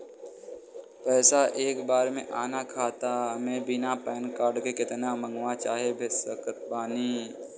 पैसा एक बार मे आना खाता मे बिना पैन कार्ड के केतना मँगवा चाहे भेज सकत बानी?